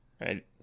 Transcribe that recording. Right